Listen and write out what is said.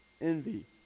envy